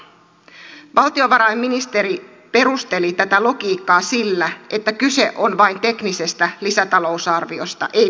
valtiovarainministeri perusteli tätä logiikkaa sillä että kyse on vain teknisestä lisätalousarviosta ei poliittisesta